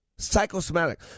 psychosomatic